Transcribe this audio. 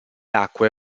acque